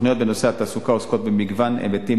התוכניות בנושא התעסוקה עוסקות במגוון היבטים,